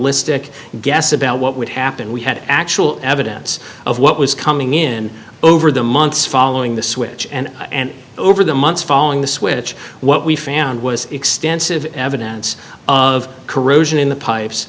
istic guess about what would happen we had actual evidence of what was coming in over the months following the switch and and over the months following the switch what we found was extensive evidence of corrosion in the pipes